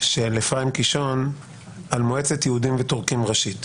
של אפרים קישון על מועצת יהודים ותורכים ראשית,